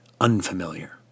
unfamiliar